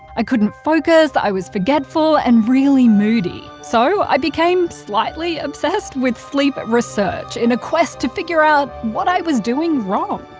i couldn't focus i was forgetful and really moody so i became slightly obsessed with sleep research in a quest to figure out what i was doing wrong.